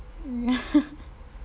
ya